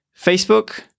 Facebook